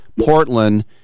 Portland